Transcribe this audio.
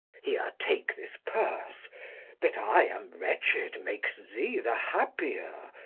here take this purse that i am wretched makes thee the happier,